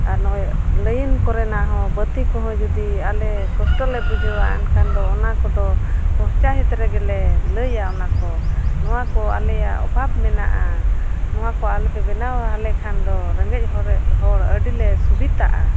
ᱟᱨ ᱱᱚᱜᱼᱚᱸᱭ ᱞᱟᱹᱭᱤᱱ ᱠᱚᱨᱮᱱᱟᱜ ᱦᱚᱸ ᱵᱟᱹᱛᱤ ᱠᱚᱦᱚᱸ ᱡᱩᱫᱤ ᱟᱞᱮ ᱠᱚᱥᱴᱚᱞᱮ ᱵᱩᱡᱷᱟᱹᱣᱟ ᱮᱱᱠᱷᱟᱱ ᱫᱚ ᱚᱱᱟᱠᱚᱫᱚ ᱯᱚᱧᱪᱟᱦᱮᱛ ᱨᱮᱜᱮᱞᱮ ᱞᱟᱹᱭᱟ ᱚᱱᱟ ᱠᱚ ᱱᱚᱣᱟ ᱠᱚ ᱟᱞᱮᱭᱟᱜ ᱚᱵᱷᱟᱵ ᱢᱮᱱᱟᱜᱼᱟ ᱱᱚᱣᱟ ᱠᱚ ᱟᱞᱮᱯᱮ ᱵᱮᱱᱟᱣ ᱟᱞᱮ ᱠᱷᱟᱱ ᱫᱚ ᱨᱮᱸᱜᱮᱡ ᱚᱨᱮᱡ ᱦᱚᱲ ᱟᱹᱰᱤᱞᱮ ᱥᱩᱵᱤᱛᱟᱜᱼᱟ